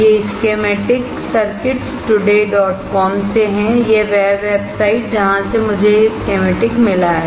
यह schematic circuitstodaycom से है वह वेबसाइट जहां से मुझे यह स्कीमेटिक मिला है